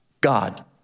God